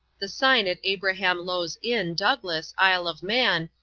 the sign at abraham lowe's inn, douglas, isle of man,